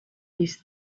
these